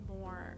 more